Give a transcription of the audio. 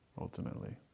ultimately